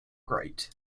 great